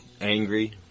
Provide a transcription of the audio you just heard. angry